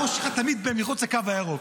הראש שלך תמיד מחוץ לקו הירוק.